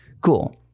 Cool